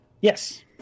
Yes